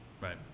right